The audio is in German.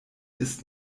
ist